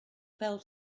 fell